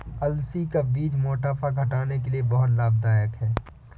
अलसी का बीज मोटापा घटाने के लिए बहुत लाभदायक है